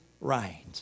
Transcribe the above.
right